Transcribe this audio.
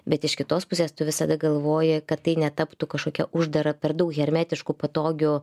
bet iš kitos pusės tu visada galvoji kad tai netaptų kažkokia uždara per daug hermetišku patogiu